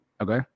okay